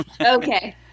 Okay